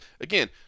again